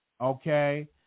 Okay